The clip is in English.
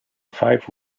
five